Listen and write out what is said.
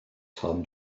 tom